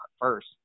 first